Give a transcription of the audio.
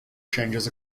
changes